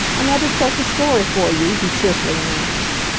another special story for you, he cheerfully announced.